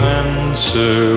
answer